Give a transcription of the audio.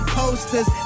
posters